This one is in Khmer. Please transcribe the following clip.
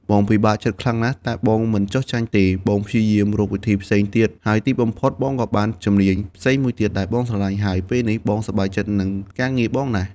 បងពិបាកចិត្តខ្លាំងណាស់ តែបងមិនចុះចាញ់ទេ បងព្យាយាមរកវិធីផ្សេងទៀត ហើយទីបំផុតបងក៏បានរៀនជំនាញផ្សេងមួយដែលបងស្រឡាញ់ ហើយពេលនេះបងសប្បាយចិត្តនឹងការងារបងណាស់។